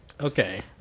Okay